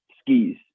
skis